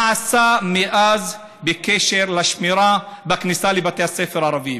מה עשה מאז בקשר לשמירה בכניסה לבתי הספר הערביים?